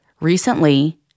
recently